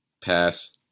Pass